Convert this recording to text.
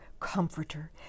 Comforter